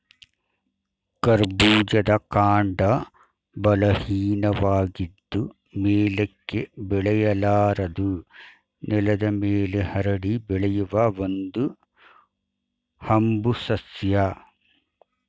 ಕರ್ಬೂಜದ ಕಾಂಡ ಬಲಹೀನವಾಗಿದ್ದು ಮೇಲಕ್ಕೆ ಬೆಳೆಯಲಾರದು ನೆಲದ ಮೇಲೆ ಹರಡಿ ಬೆಳೆಯುವ ಒಂದು ಹಂಬು ಸಸ್ಯ